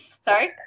sorry